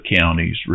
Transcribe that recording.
counties